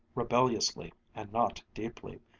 rebelliously and not deeply,